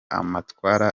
amatwara